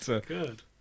Good